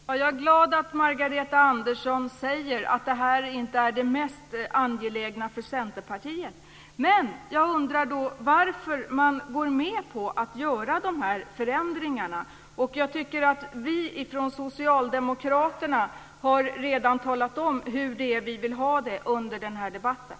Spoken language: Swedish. Fru talman! Jag är glad att Margareta Andersson säger att detta inte är det mest angelägna för Centerpartiet. Men därför undrar jag varför man går med på att göra de här förändringarna. Jag tycker också att vi från socialdemokraterna redan har talat om hur vi vill ha det under den här debatten.